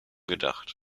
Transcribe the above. gedacht